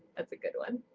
that's a good one.